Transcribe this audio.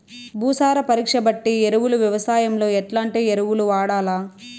భూసార పరీక్ష బట్టి ఎరువులు వ్యవసాయంలో ఎట్లాంటి ఎరువులు వాడల్ల?